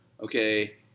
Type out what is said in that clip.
okay